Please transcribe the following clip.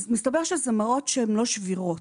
אז מסתבר שאלה מראות שהן לא שבירות.